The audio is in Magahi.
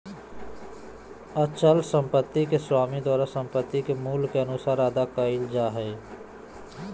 अचल संपत्ति के स्वामी द्वारा संपत्ति के मूल्य के अनुसार अदा कइल जा हइ